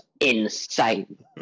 insane